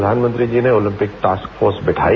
प्रधानमंत्री जी ने ओलंपिक टास्क फोर्स बैठाई